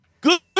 Good